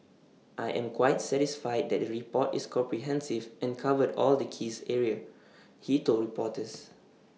I am quite satisfied that the report is comprehensive and covered all the keys areas he told reporters